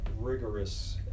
rigorous